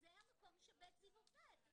זה המקום ש'בית זיו' עובד.